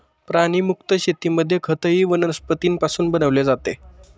प्राणीमुक्त शेतीमध्ये खतही वनस्पतींपासून बनवले जाते